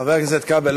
חבר הכנסת כבל,